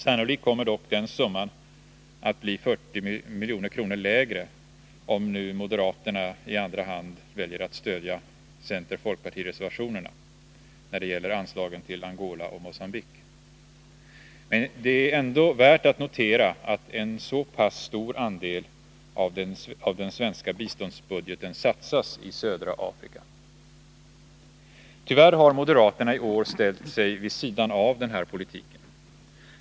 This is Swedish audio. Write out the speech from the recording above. Sannolikt kommer dock den summan att bli 40 milj.kr. lägre, om nu moderaterna i andra hand stödjer c-fp-reservationerna när det gäller anslagen till Angola och Mogambique. Men det är ändå värt att notera att en så pass stor andel av den svenska biståndsbudgeten satsas i södra Afrika. Tyvärr har moderaterna i år ställt sig vid sidan av den här politiken.